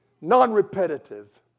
non-repetitive